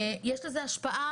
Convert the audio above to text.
יש לזה השפעה